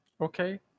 Okay